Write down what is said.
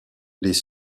les